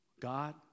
God